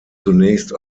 zunächst